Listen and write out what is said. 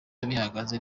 bihagaze